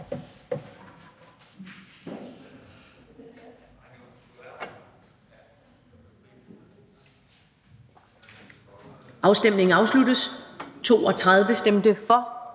Afstemningen afsluttes. For stemte 7